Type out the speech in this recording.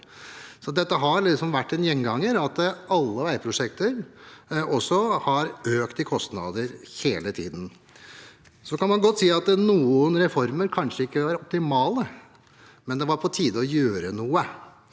Det har liksom vært en gjenganger at alle veiprosjekter har økt i kostnader hele tiden. Man kan godt si at noen reformer kanskje ikke var optimale, men det var på tide å gjøre noe.